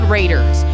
Raiders